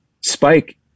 Spike